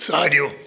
साॼो